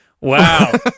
Wow